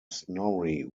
snorri